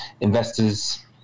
investors